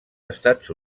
estats